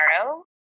tomorrow